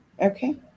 Okay